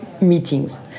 meetings